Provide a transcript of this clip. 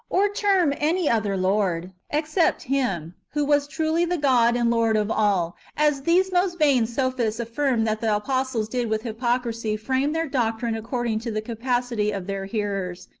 or term any other lord, except him, who was truly the god and lord of all, as these most vain sophists affirm that the apostles did with hypocrisy frame their doctrine according to the capacity of their hearers,